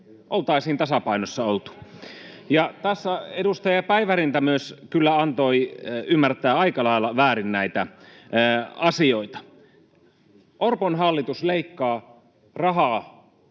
oltaisiin tasapainossa oltu. Tässä edustaja Päivärinta myös kyllä antoi ymmärtää aika lailla väärin näitä asioita. Kun Orpon hallitus leikkaa rahaa